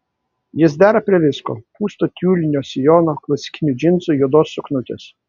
jis dera prie visko pūsto tiulinio sijono klasikinių džinsų juodos suknutės